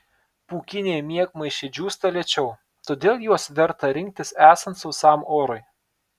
pūkiniai miegmaišiai džiūsta lėčiau todėl juos verta rinktis esant sausam orui